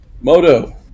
Moto